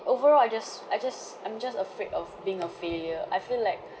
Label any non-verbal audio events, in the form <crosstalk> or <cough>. overall I just I just I'm just afraid of being a failure I feel like <breath>